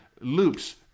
loops